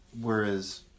whereas